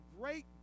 great